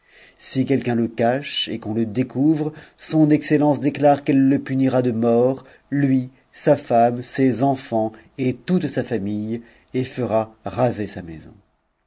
si quelqu'un le cache et qu'on le découvre son excellence déclare qu'elle le punira de mort lui sa femme ses enfants et toute sa famille et fera raser sa maison